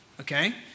okay